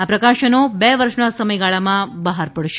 આ પ્રકાશનો બે વર્ષના સમયગાળામાં બહાર પડશે